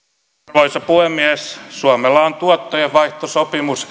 arvoisa puhemies suomella on tuottojenvaihtosopimus